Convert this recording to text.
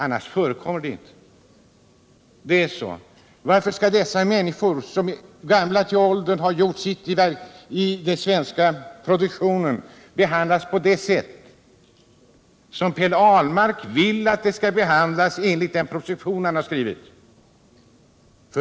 Varför skall dessa människor, som är till åren komna och som gjort sitt i produktionen, behandlas på det sätt som Per Ahlmark föreslår i den proposition han har skrivit?